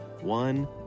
One